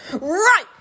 right